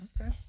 Okay